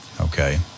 Okay